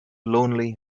lonely